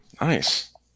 Nice